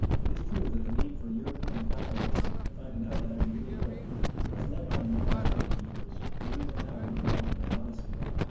it is true that the need for european capitalism to find an outlet in the new world has led during the past fifty years, though even now on a relatively modest scale,